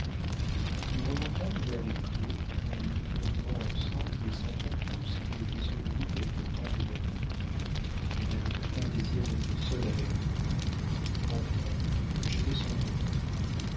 nous remontâmes vers les clos en nous promenant ensemble et sentant tous qu'il était survenu quelque grave événement elle n'avait aucun désir d'être seule avec moi enfin j'étais son hôte